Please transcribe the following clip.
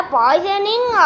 poisoning